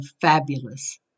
fabulous